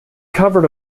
covered